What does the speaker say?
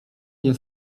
nie